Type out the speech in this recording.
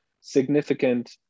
significant